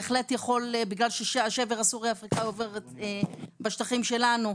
כי השבר הסורי האפריקאי עובר בשטחים שלנו,